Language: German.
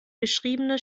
beschriebene